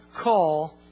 call